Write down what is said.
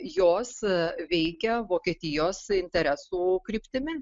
jos veikia vokietijos interesų kryptimi